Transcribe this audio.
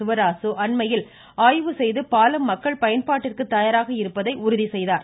சிவராசு அண்மையில் ஆய்வு செய்து பாலம் மக்கள் பயன்பாட்டிற்கு தயாரா இருப்பதை உறுதி செய்தார்